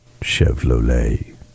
Chevrolet